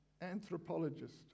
anthropologist